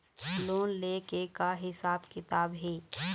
Loan ले के का हिसाब किताब हे?